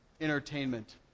entertainment